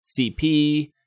CP